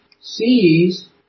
sees